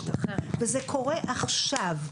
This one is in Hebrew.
וזה קורה עכשיו.